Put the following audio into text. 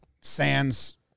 Sands